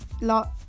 lot